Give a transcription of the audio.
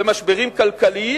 ומשברים כלכליים,